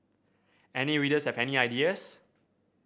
any readers have any ideas